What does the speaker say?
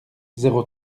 zéro